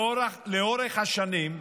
לאורך השנים,